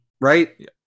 Right